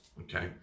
okay